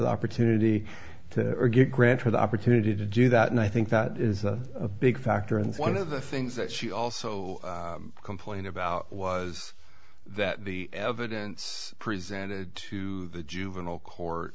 the opportunity to give grant her the opportunity to do that and i think that is a big factor and one of the things that she also complained about was that the evidence presented to the juvenile court